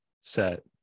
set